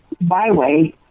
byway